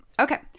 Okay